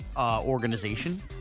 organization